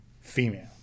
female